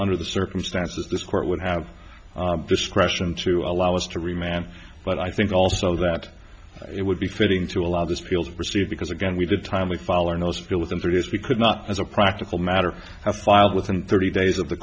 under the circumstances this court would have discretion to allow us to remand but i think also that it would be fitting to allow this field proceed because again we did timely fall or no still within thirty days we could not as a practical matter have filed within thirty days of the